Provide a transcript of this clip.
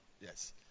yes